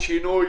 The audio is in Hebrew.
לא רוצים פיצול,